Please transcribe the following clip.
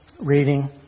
reading